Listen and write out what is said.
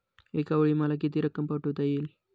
एकावेळी मला किती रक्कम पाठविता येईल?